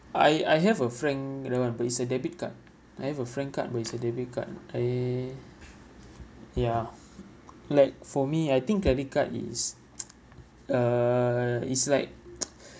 I I have a frank that one but it's a debit card I have a frank card but it's a debit card I ya like for me I think credit card is uh is like